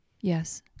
Yes